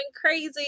crazy